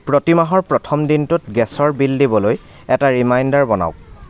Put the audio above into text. প্ৰতি মাহৰ প্ৰথম দিনটোত গেছৰ বিল দিবলৈ এটা ৰিমাইণ্ডাৰ বনাওক